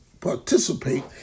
participate